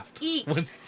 eat